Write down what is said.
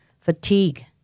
fatigue